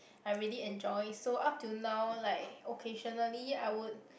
I really enjoy so up till now like occasionally I would